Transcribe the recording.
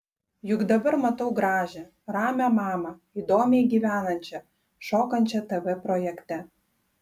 juk dabar matau gražią ramią mamą įdomiai gyvenančią šokančią tv projekte